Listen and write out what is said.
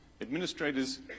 Administrators